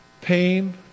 Pain